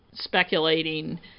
speculating